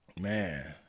Man